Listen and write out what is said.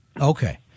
Okay